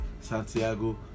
Santiago